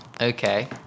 Okay